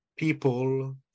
people